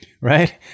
right